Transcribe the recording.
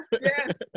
yes